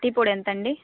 tea పొడి ఎంత అండి